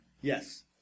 Yes